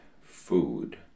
food